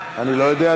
אני לא יודע.